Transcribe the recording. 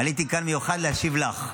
עליתי לכאן במיוחד להשיב לך.